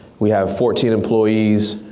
we have fourteen employees.